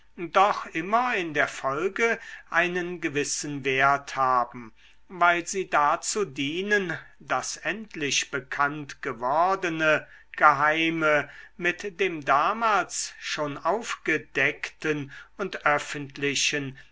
doch immer in der folge einen gewissen wert haben weil sie dazu dienen das endlich bekanntgewordene geheime mit dem damals schon aufgedeckten und öffentlichen